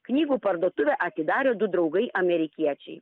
knygų parduotuvę atidarė du draugai amerikiečiai